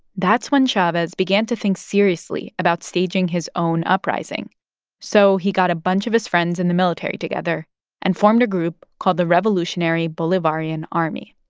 that's when chavez began to think seriously about staging his own uprising so he got a bunch of his friends in the military together and formed a group called the revolutionary bolivarian army,